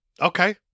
Okay